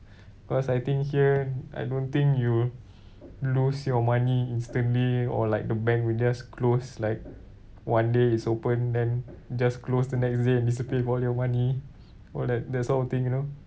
because I think here I don't think you lose your money instantly or like the bank will just close like one day it's open then just close the next day and disappear with all your money all that that sort of thing you know